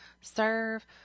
serve